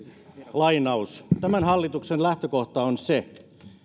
tämän hallituksen lähtökohta on se